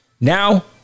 now